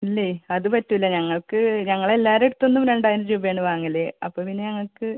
ഇല്ലേ അത് പറ്റൂല ഞങ്ങൾക്ക് ഞങ്ങളെല്ലാരുടെടുത്തുന്നും രണ്ടായിരം രൂപയാണ് വാങ്ങൽ അപ്പോൾ പിന്നെ ഞങ്ങൾക്ക്